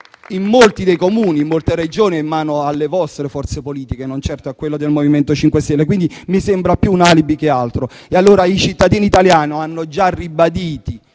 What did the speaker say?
in molti Comuni e in molte Regioni è in mano alle vostre forze politiche, non certo al MoVimento 5 Stelle, quindi mi sembra più un alibi che altro. I cittadini italiani hanno già ha ribadito,